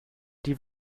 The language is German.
die